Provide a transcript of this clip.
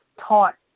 taught